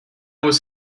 was